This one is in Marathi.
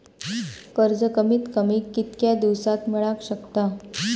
कर्ज कमीत कमी कितक्या दिवसात मेलक शकता?